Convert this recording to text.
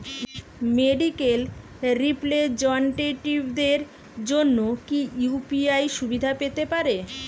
Medical রিপ্রেজন্টেটিভদের জন্য কি ইউ.পি.আই সুবিধা পেতে পারে?